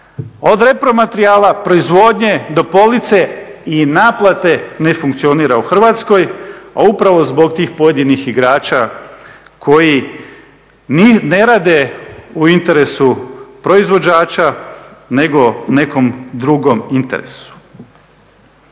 od repromaterijala, proizvodnje, do police i naplate ne funkcionira u Hrvatskoj, a upravo zbog tih pojedinih igrača koji ne rade u interesu proizvođača nego u nekom drugom interesu.